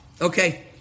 okay